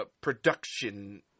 production